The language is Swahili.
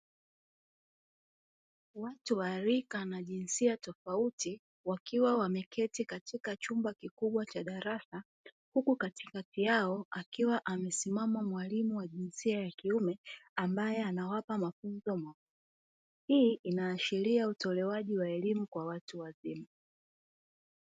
Watu wa rika na jinsia tofauti wakiwa wameketi katika chumba kikubwa cha darasa, huku katikati yao akiwa amesimama mwalimu wa jinsia ya kiume ambaye anawapa mafunzo muhimu. Hii inaashiria utolewaji wa elimu kwa watu wazima.